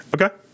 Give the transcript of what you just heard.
Okay